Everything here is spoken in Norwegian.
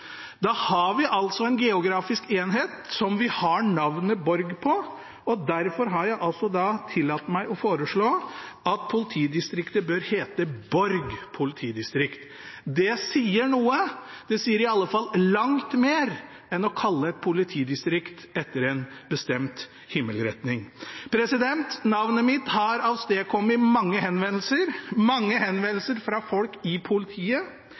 Da har vi en geografisk enhet som vi har navnet Borg på, og derfor har jeg tillatt meg å foreslå at politidistriktet bør hete Borg politidistrikt. Det sier noe. Det sier iallfall langt mer enn å kalle et politidistrikt etter en bestemt himmelretning. Navnet har avstedkommet mange henvendelser fra folk i politiet.